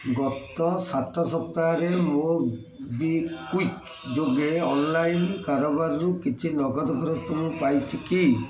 ଗତ ସାତ ସପ୍ତାହରେ ମୋବିକ୍ଵିକ୍ ଯୋଗେ ଅନ୍ଲାଇନ୍ କାରବାରରୁ କିଛି ନଗଦ ଫେରସ୍ତ ମୁଁ ପାଇଛି କି